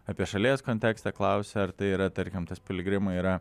apie šalies kontekstą klausė ar tai yra tarkim tas piligrimai yra